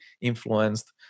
influenced